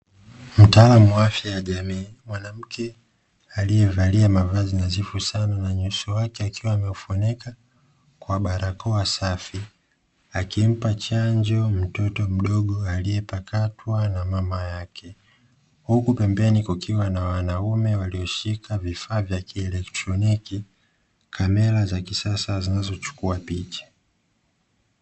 Mtaalamu wa afya ya jamii mwanamke aliyevalia mavazi nadhifu sana na uso wake akiwa ameufunika kwa barakoa safi, akimpa chanjo mtoto mdogo aliyepakatwa na mama yake. Huku pembeni kukiwa na wanaume walioshika vifaa vya kieletroniki kamera za kisasa zinazochukua picha.